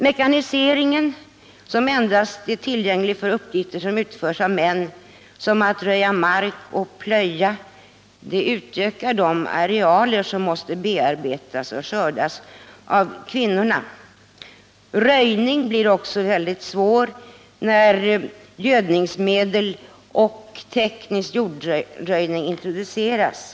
Mekaniseringen, som endast avser uppgifter som utförs av män — det gäller t.ex. markröjning och plöjning —, ökar de arealer som måste bearbetas av kvinnorna. Röjning blir också mycket svår när gödningsmedel och teknisk jordröjning introduceras.